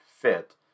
fit